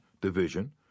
division